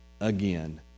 again